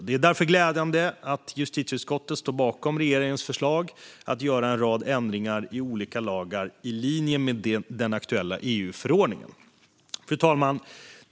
Det är därför glädjande att justitieutskottet står bakom regeringens förslag om att göra en rad ändringar i olika lagar i linje med den aktuella EU-förordningen. Fru talman!